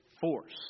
force